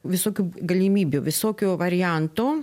visokių galimybių visokių variantų